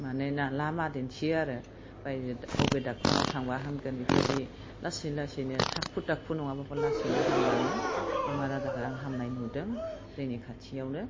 माने ना लामा दिन्थियो आरो बबे डाक्टारनाव थांबा हामगोन बेफोरबायदि लासै लासैनो थाखु दाखु नङाबाबो लासैनो हामलाङो बेमार आजारखौ आं हामनाय नुदों जोंनि खाथियावनो